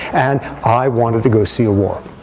and i wanted to go see a war.